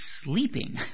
sleeping